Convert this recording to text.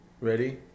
Ready